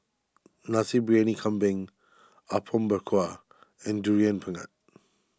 Nasi Biyani Kambing Apom Berkuah and Durian Pengat